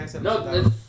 No